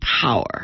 power